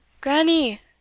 Granny